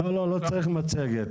לא צריך מצגת.